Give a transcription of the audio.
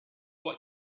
what